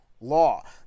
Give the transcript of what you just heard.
law